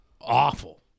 Awful